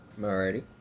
Alrighty